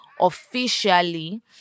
officially